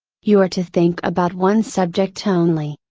you are to think about one subject only.